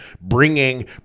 bringing